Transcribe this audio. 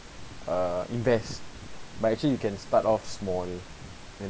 uh invest but actually you can start off small